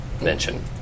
mention